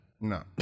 no